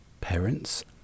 parents